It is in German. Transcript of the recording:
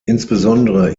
insbesondere